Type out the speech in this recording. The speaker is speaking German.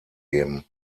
geben